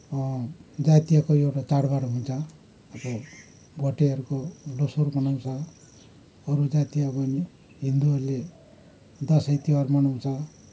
जातीयको एउटा चाडबाड हुन्छ अब भोटेहरूको लोसार मनाउँछ अरू जाति हिन्दुहरूले दसैँ तिहार मनाउँछ